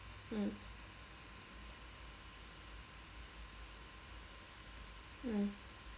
mm mm